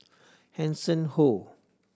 Hanson Ho